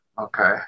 Okay